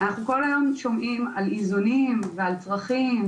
אנחנו כל היום שומעים על איזונים ועל צרכים,